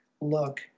look